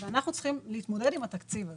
ואנחנו צריכים להתמודד עם התקציב הזה.